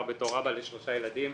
בעיקר כאבא לשלושה ילדים.